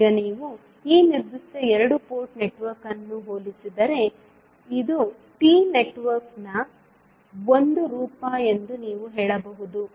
ಈಗ ನೀವು ಈ ನಿರ್ದಿಷ್ಟ ಎರಡು ಪೋರ್ಟ್ ನೆಟ್ವರ್ಕ್ ಅನ್ನು ಹೋಲಿಸಿದರೆ ಇದು T ನೆಟ್ವರ್ಕ್ ನ ಒಂದು ರೂಪ ಎಂದು ನೀವು ಹೇಳಬಹುದು